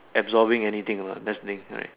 absorbing anything or not that's the thing right